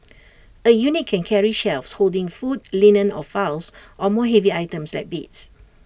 A unit can carry shelves holding food linen or files or move heavy items like beds